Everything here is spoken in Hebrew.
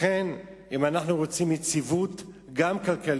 לכן, אם אנחנו רוצים יציבות כלכלית,